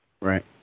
Right